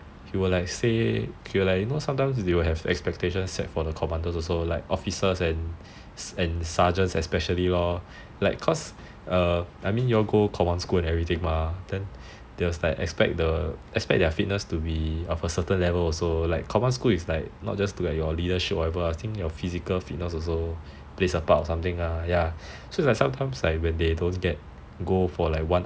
he will like sometimes they have expectations set for the commanders and officers and sergeants especially lor like cause you all go command school and everything mah then they will like expect their fitness to be of a certain level also command school is not only for your leadership but I think also your physical fitness also plays a part so like sometimes when they don't get gold for like one